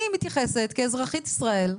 אני מתייחסת כאזרחית ישראל,